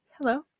hello